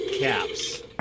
caps